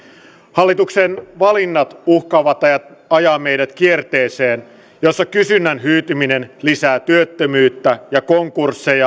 hallituksen valinnat uhkaavat ajaa ajaa meidät kierteeseen jossa kysynnän hyytyminen lisää työttömyyttä ja konkursseja